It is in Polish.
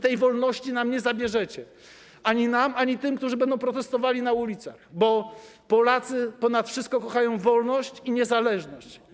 Tej wolności nam nie zabierzecie, ani nam, ani tym, którzy będą protestowali na ulicach, bo Polacy ponad wszystko kochają wolność i niezależność.